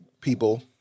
people